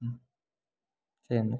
ம் சரிண்ண